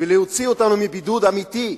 ולהוציא אותנו מבידוד אמיתי.